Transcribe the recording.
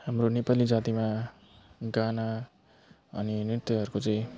हाम्रो नेपाली जातीमा गाना अनि नृत्यहरूको चाहिँ